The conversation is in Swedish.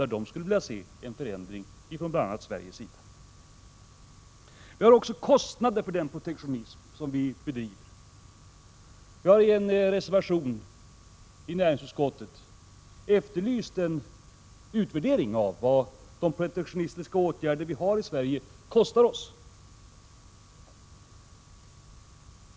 Där skulle de vilja se en förändring från bl.a. Sveriges sida. Vi har också kostnader för den protektionism som vi bedriver. Vi har i en reservation till näringsutskottet efterlyst en utvärdering av vad de protektionistiska åtgärder som vi har i Sverige kostar oss.